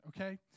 okay